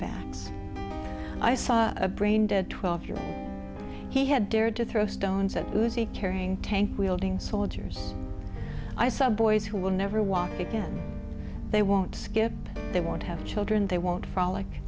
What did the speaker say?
backs i saw a brain dead twelve years he had dared to throw stones at music carrying tank wielding soldiers i saw boys who will never walk again they won't skip they want to have children they won't frolic